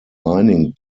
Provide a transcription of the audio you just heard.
mining